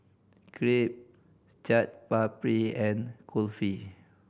Crepe Chaat Papri and Kulfi